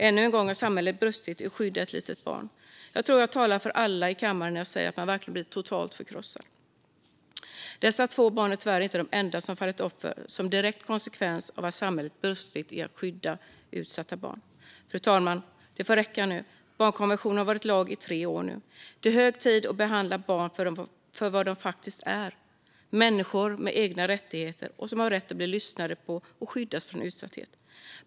Ännu en gång har samhället brustit i att skydda ett litet barn. Jag tror jag talar för alla i kammaren när jag säger att man verkligen blir totalt förkrossad. Dessa två barn är tyvärr inte de enda som har fallit offer som en direkt konsekvens av att samhället brustit i sitt skydd av utsatta barn. Det får räcka nu, fru talman. Barnkonventionen har varit lag i tre år, och det är hög tid att behandla barn som det de faktiskt är - människor med egna rättigheter som har rätt att bli lyssnade på och skyddas från utsatthet.